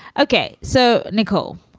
ok, so nicole,